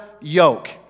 yoke